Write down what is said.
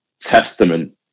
testament